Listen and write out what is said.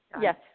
Yes